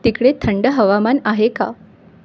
तिकडे थंड हवामान आहे का